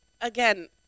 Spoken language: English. again